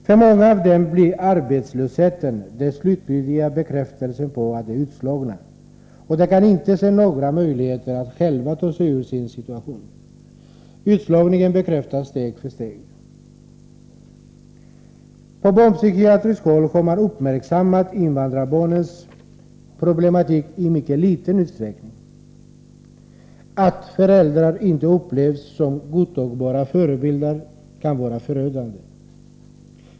För många av dem blir arbetslösheten den slutliga bekräftelsen på att de är utslagna, och de kan inte se några möjligheter att själva ta sig ur sin situation — utslagningen bekräftas steg för steg. På barnpsykiatriskt håll har man uppmärksammat invandrarbarnens problem i mycket liten utsträckning. Att föräldrar inte upplevs som godtagbara förebilder kan vara förödande.